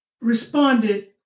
responded